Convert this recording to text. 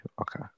Okay